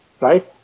right